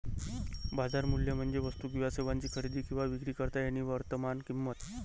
बाजार मूल्य म्हणजे वस्तू किंवा सेवांची खरेदी किंवा विक्री करता येणारी वर्तमान किंमत